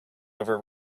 over